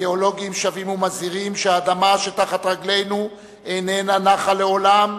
הגיאולוגים שבים ומזהירים שהאדמה שתחת רגלינו איננה נחה לעולם,